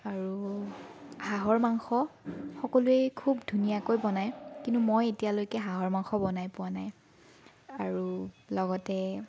আৰু হাঁহৰ মাংস সকলোয়েই খুব ধুনীয়াকৈ বনাই কিন্তু মই এতিয়ালৈকে হাঁহৰ মাংস বনাই পোৱা নাই আৰু লগতে